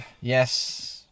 Yes